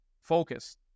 focus